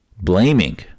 blaming